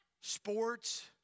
Sports